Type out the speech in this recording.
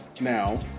Now